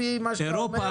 לפי מה שאתה אומר,